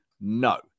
No